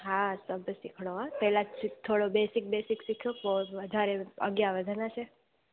हा त बि सिखणो आहे पहिरों थोरो बेसिक बेसिक सिखणो पोइ वधारे अॻियां वधंदासीं